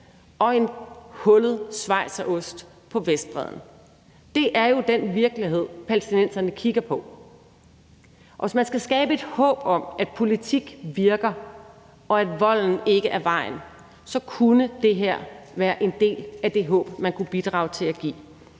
og en hullet schweizerost på Vestbredden. Det er jo den virkelighed, palæstinenserne kigger på, og hvis man skal skabe et håb om, at politik virker, og at volden ikke er vejen frem, kunne det her være en del af det håb, man kunne bidrage til at give.